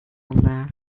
there